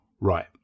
right